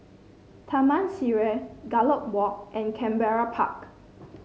Taman Sireh Gallop Walk and Canberra Park